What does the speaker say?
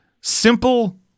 simple